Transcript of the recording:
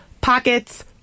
pockets